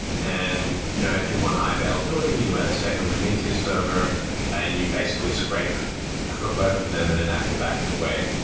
and you know if you want high availability, you add a second prometheus server and you basically scape from both of them in an active, active way.